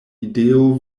ideo